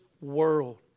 world